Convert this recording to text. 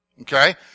Okay